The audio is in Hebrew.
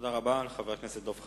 תודה רבה לחבר הכנסת דב חנין.